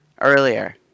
earlier